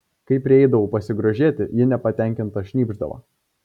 kai prieidavau pasigrožėti ji nepatenkinta šnypšdavo